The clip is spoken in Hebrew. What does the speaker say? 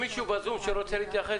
התייחס